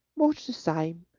much the same.